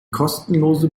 kostenlose